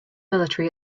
military